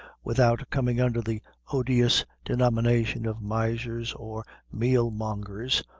without coming under the odious denomination of misers or mealmongers,